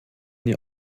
nie